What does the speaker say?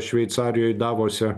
šveicarijoj davose